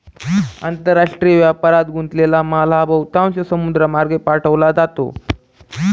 आंतरराष्ट्रीय व्यापारात गुंतलेला माल हा बहुतांशी समुद्रमार्गे पाठवला जातो